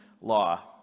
law